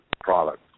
products